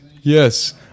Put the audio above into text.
yes